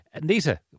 Nita